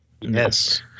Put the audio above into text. Yes